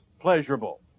pleasurable